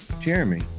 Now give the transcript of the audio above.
Jeremy